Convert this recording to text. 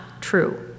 true